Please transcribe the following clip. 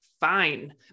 Fine